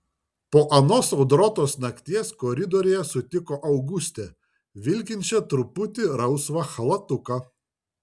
po anos audrotos nakties koridoriuje sutiko augustę vilkinčią trumputį rausvą chalatuką